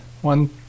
One